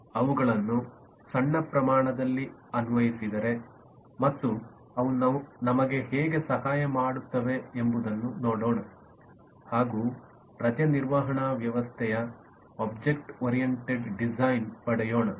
ಅವುಗಳನ್ನು ಸಣ್ಣ ಪ್ರಮಾಣದಲ್ಲಿ ಅನ್ವಯಿಸಿದರೆ ಮತ್ತು ಅವು ನಮಗೆ ಹೇಗೆ ಸಹಾಯ ಮಾಡುತ್ತವೆ ಎಂಬುದನ್ನು ನೋಡೋಣ ಹಾಗೂ ರಜೆ ನಿರ್ವಹಣಾ ವ್ಯವಸ್ಥೆಯ ಒಬ್ಜೆಕ್ಟ್ ಓರಿಯಂಟೆಡ್ ಡಿಸೈನ್ ಪಡೆಯೋಣ